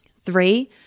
Three